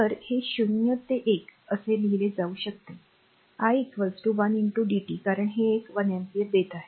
तर हे ० ते १ असे लिहिले जाऊ शकते i 1 dt कारण हे एक अँपिअर देत आहे